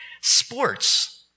Sports